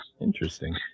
interesting